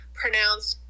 pronounced